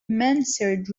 mansard